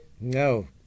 No